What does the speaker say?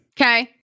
Okay